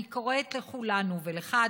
אני קוראת לכולנו ולך,